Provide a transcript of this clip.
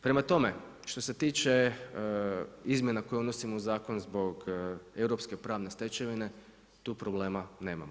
Prema tome što se tiče, izmjena koje unosimo u zakon zbog europske prave stečevine, tu problema nemamo.